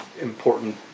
important